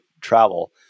travel